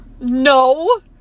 no